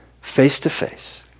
Face-to-face